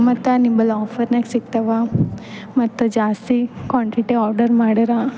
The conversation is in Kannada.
ಮತ್ತು ನಿಂಬಲ್ಲಿ ಆಫರ್ನ್ಯಾಗ ಸಿಗ್ತಾವ ಮತ್ತು ಜಾಸ್ತಿ ಕ್ವಾಂಟಿಟಿ ಆರ್ಡರ್ ಮಾಡರ